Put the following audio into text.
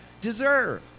deserve